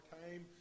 time